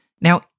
Now